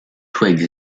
twigs